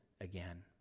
again